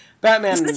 batman